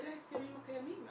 אלה ההסכמים הקיימים.